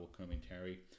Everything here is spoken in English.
Commentary